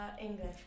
English